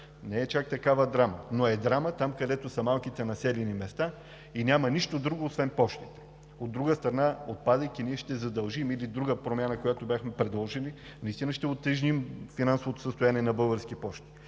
не е чак такава драма, но е драма там, където в малките населени места няма нищо друго, освен пощата. От друга страна, отпадайки или с друга промяна, която бяхме предложили, ние ще утежним наистина финансовото състояние на Български пощи,